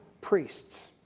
priests